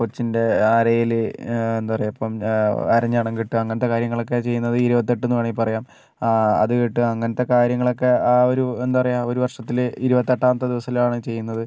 കൊച്ചിൻ്റെ അരയിൽ എന്താ പറയുക ഇപ്പം അരഞ്ഞാണം കെട്ടുകാ അങ്ങനത്തെ കാര്യങ്ങളൊക്കെ ചെയ്യുന്നത് ഇരുപത്തെട്ടെന്ന് വേണമെങ്കിൽ പറയാം അത് കെട്ടുകാ അങ്ങനത്തെ കാര്യങ്ങളൊക്കെ ആ ഒരു എന്താ പറയുക ഒരു വർഷത്തിൽ ഇരുപത്തെട്ടാമത്തെ ദിവസത്തിലാണ് ചെയ്യുന്നത്